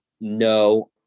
No